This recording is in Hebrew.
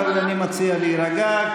אבל אני מציע להירגע,